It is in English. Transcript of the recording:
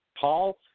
Paul